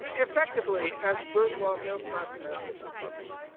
but effectively as burgeois middle-class american citizens,